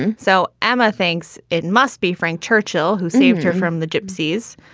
and so emma thinks it must be frank churchill who saved her from the gypsies.